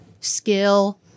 skill